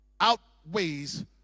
outweighs